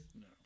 No